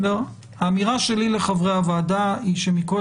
האמירה שלי לחברי הוועדה היא שמכל